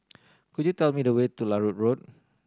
could you tell me the way to Larut Road